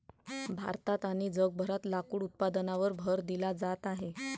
भारतात आणि जगभरात लाकूड उत्पादनावर भर दिला जात आहे